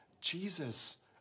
Jesus